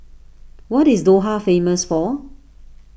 what is Doha famous for